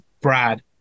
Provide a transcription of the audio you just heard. Brad